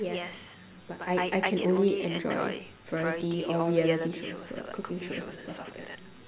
yes but I I can only enjoy variety or reality shows so like cooking shows and stuff like that